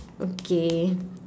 okay